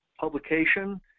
publication